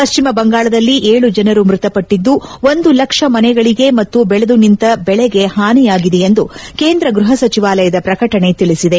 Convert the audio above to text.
ಪಶ್ಚಿಮ ಬಂಗಾಳದಲ್ಲಿ ಏಳು ಜನರು ಮೃತಪಟ್ಟಿದ್ದು ಒಂದು ಲಕ್ಷ ಮನೆಗಳಿಗೆ ಮತ್ತು ಬೆಳೆದು ನಿಂತ ಬೆಳೆಗೆ ಹಾನಿಯಾಗಿದೆ ಎಂದು ಕೇಂದ್ರ ಗ್ಬಹ ಸಚಿವಾಲಯದ ಪ್ರಕಟಣೆ ತಿಳಿಸಿದೆ